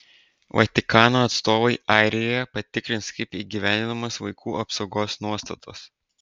vatikano atstovai airijoje patikrins kaip įgyvendinamos vaikų apsaugos nuostatos